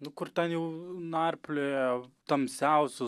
nu kur ten jau narplioja tamsiausius